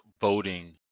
voting